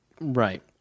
Right